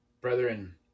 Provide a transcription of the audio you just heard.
brethren